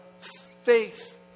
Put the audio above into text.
faith